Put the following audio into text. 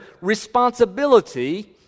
responsibility